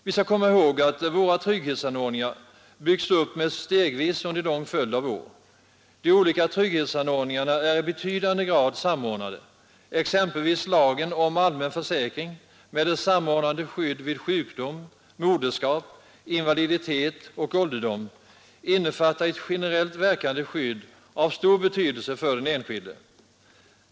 Vi bör komma ihåg att våra trygghetsanordningar byggts upp stegvis under en lång följd av år. De olika trygghetsanordningarna är i betydande grad samordnade; exempelvis lagen om allmän försäkring med dess samordnade skydd vid sjukdom, moderskap, invaliditet och ålderdom innefattar ett generellt verkande skydd av stor betydelse för den enskilde.